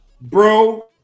Bro